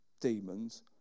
demons